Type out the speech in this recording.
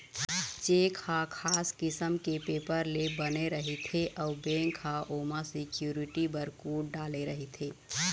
cheque ह खास किसम के पेपर ले बने रहिथे अउ बेंक ह ओमा सिक्यूरिटी बर कोड डाले रहिथे